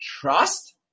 trust